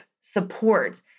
support